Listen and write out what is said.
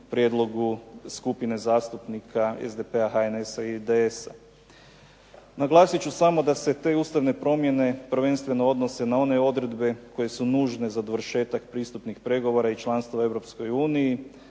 prijedlogu skupine zastupnika SDP-a, HNS-a i IDS-a. Naglasit ću samo da se te ustavne promjene prvenstveno odnose na one odredbe koje su nužne za dovršetak pristupnih pregovora i članstva u